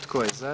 Tko je za?